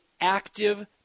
active